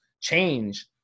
change